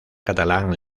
catalán